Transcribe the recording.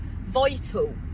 vital